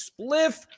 spliff